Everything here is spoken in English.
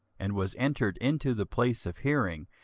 and was entered into the place of hearing,